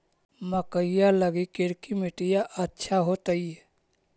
मकईया लगी करिकी मिट्टियां अच्छा होतई